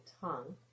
tongue